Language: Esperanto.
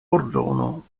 ordono